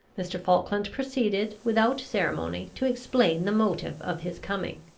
mr. falkland proceeded, without ceremony, to explain the motive of his coming.